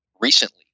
recently